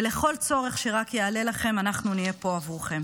ולכל צורך שרק יעלה לכם אנחנו נהיה פה עבורכם.